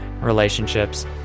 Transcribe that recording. relationships